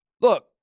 Look